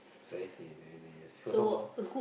precisely really because some more